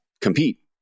compete